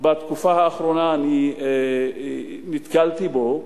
בתקופה האחרונה אני נתקלתי בו,